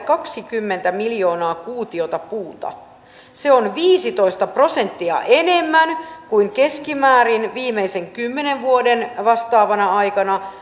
kaksikymmentä miljoonaa kuutiota puuta se on viisitoista prosenttia enemmän kuin keskimäärin viimeisen kymmenen vuoden vastaavana aikana